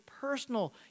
personal